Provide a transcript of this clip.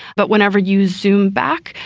but whenever you zoom back,